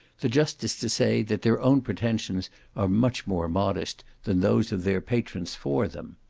the justice to say, that their own pretensions are much more modest than those of their patrons for them.